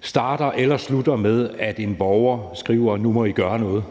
starter eller slutter med, at en borger skriver: Nu må I gøre noget.